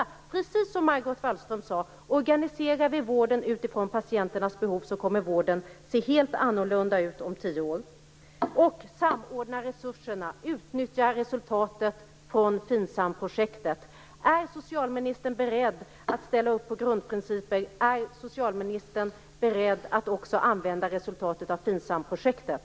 Det är precis som Margot Wallström sade, att organiserar vi vården utifrån patienternas behov så kommer den att se helt annorlunda ut om tio år. Det handlar också att samordna resurserna, att utnyttja resultatet från FINSAM projektet. Är socialministern beredd att ställa upp på grundprincipen? Är socialministern beredd att också använda resultatet av FINSAM-projektet?